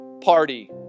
party